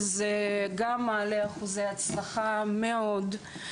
שזה גם מעלה אחוזי הצלחה מאוד.